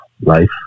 life